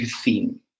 theme